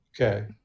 Okay